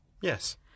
Yes